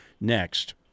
next